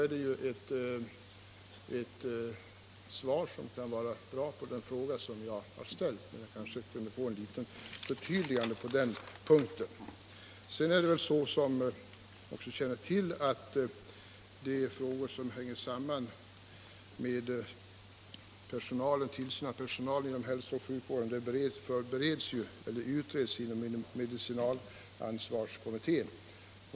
Är det så, kan det vara ett bra svar på den fråga som jag har ställt, men jag kanske kunde få ett litet förtydligande på den punkten. Sedan är det så — vilket jag också känner till — att frågor som hänger samman med samhällets tillsyn över personal inom hälso och sjuk vården f.n. utreds inom medicinalansvarskommittén.